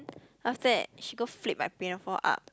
after that she go flip my pinafore up